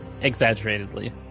exaggeratedly